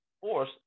force